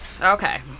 Okay